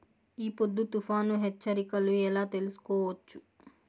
ఈ పొద్దు తుఫాను హెచ్చరికలు ఎలా తెలుసుకోవచ్చు?